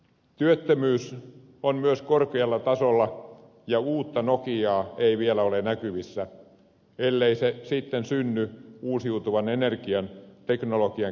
työttömyys on myös korkealla tasolla ja uutta nokiaa ei vielä ole näkyvissä ellei se sitten synny uusiutuvan energian teknologian kehittymisen myötä